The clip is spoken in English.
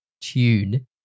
Tune